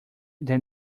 than